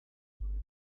sobre